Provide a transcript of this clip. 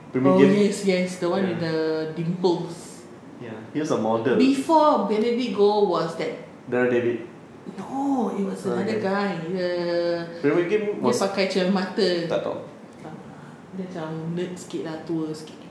oh yes yes the one with the dimples before benedict goh was that no it was another guy the dia pakai cermin mata ah nah dia macam nerd sikit ah tua sikit